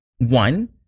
one